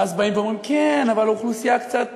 ואז באים ואומרים: כן, אבל האוכלוסייה קצת